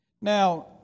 Now